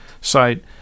site